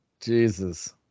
Jesus